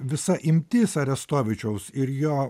visa imtis arestovičiaus ir jo